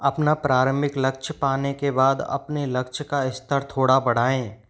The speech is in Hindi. अपना प्रारंभिक लक्ष्य पाने के बाद अपने लक्ष्य का स्तर थोड़ा बढ़ाएँ